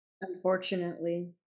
unfortunately